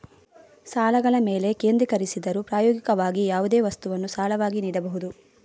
ಸಾಲಗಳ ಮೇಲೆ ಕೇಂದ್ರೀಕರಿಸಿದರೂ, ಪ್ರಾಯೋಗಿಕವಾಗಿ, ಯಾವುದೇ ವಸ್ತುವನ್ನು ಸಾಲವಾಗಿ ನೀಡಬಹುದು